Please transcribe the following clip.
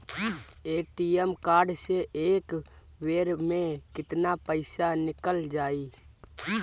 ATM card से एक बेर मे केतना पईसा निकल जाई?